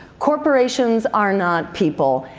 corporations are not people,